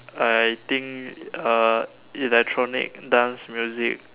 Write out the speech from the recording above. I think uh electronic dance music